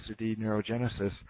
neurogenesis